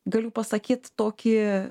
galiu pasakyt tokį